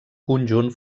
conjunt